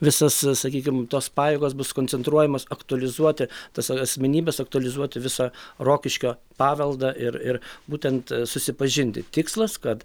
visas sakykim tos pajėgos bus koncentruojamos aktualizuoti tas asmenybes aktualizuoti visą rokiškio paveldą ir ir būtent susipažinti tikslas kad